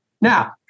Now